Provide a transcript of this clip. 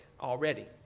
already